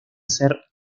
ser